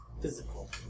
physical